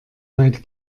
weit